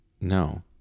no